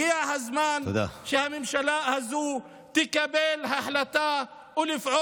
הגיע הזמן שהממשלה הזו תקבל החלטה ותפעל